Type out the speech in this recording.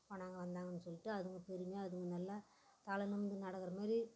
போனாங்க வந்தாங்கன்னு சொல்லிட்டு அதுங்க பெருமையாக அதுங்க நல்லா தலை நிமிர்ந்து நடக்கிற மாதிரி